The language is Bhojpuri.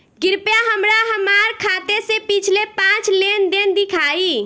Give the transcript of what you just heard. कृपया हमरा हमार खाते से पिछले पांच लेन देन दिखाइ